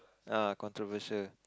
err controversial